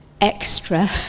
extra